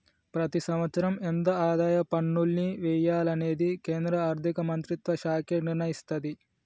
ప్రతి సంవత్సరం ఎంత ఆదాయ పన్నుల్ని వెయ్యాలనేది కేంద్ర ఆర్ధిక మంత్రిత్వ శాఖే నిర్ణయిత్తది